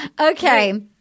Okay